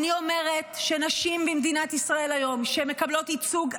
אני אומרת נשים במדינת ישראל היום שמקבלות ייצוג עלוב,